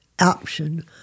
option